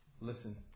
listen